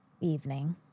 evening